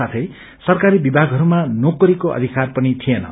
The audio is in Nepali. साथै सरकारी विभगाहरूमा नौकरीको अधिकार पनि थिएन